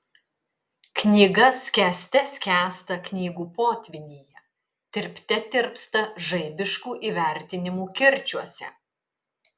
knyga skęste skęsta knygų potvynyje tirpte tirpsta žaibiškų įvertinimų kirčiuose